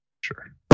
Sure